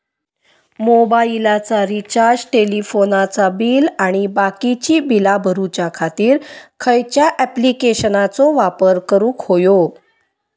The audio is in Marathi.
मोबाईलाचा रिचार्ज टेलिफोनाचा बिल आणि बाकीची बिला भरूच्या खातीर खयच्या ॲप्लिकेशनाचो वापर करूक होयो?